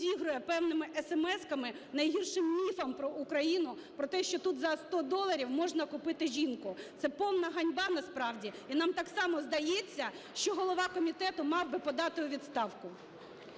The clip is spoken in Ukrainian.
підігрує певними есемесками найгіршим міфам про Україну, про те, що тут за 100 доларів можна купити жінку. Це повна ганьба насправді, і нам так само здається, що голова комітету мав би подати у відставку.